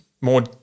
more